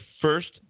first